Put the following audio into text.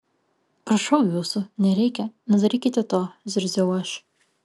prašau jūsų nereikia nedarykite to zirziau aš